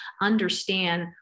understand